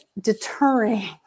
deterring